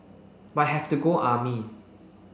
but have to go army